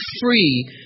free